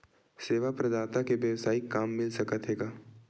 सेवा प्रदाता के वेवसायिक काम मिल सकत हे का?